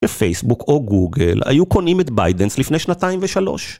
בפייסבוק או גוגל היו קונים את bytedance לפני שנתיים ושלוש.